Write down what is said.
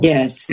Yes